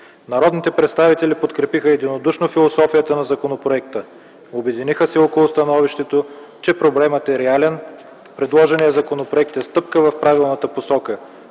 Народните представители подкрепиха единодушно философията на законопроекта. Обединиха се около становището, че проблемът е реален и предложеният законопроект е стъпка в правилната посока.